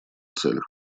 целях